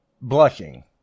blushing